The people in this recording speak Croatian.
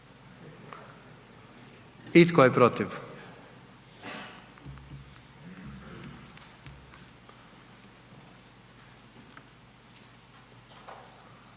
I tko je protiv?